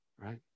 right